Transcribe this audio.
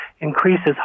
increases